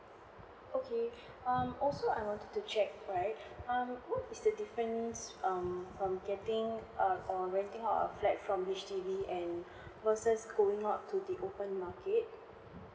okay um also I wanted to check right um what is the difference um from getting err or renting out a flat from H_D_B and versus going out to the open market